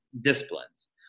disciplines